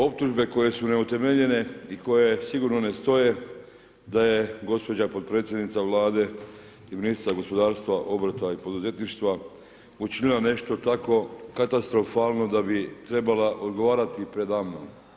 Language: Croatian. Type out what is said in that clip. Optužbe koje su neutemeljene i koje sigurno ne stoje da je gospođa potpredsjednica Vlade i ministra gospodarstva, obrta i poduzetništva učinila nešto tako katastrofalno da bi trebala odgovarati preda mnom.